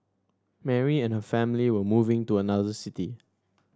Mary and her family were moving to another city